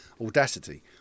audacity